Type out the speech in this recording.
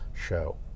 show